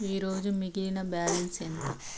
ఈరోజు మిగిలిన బ్యాలెన్స్ ఎంత?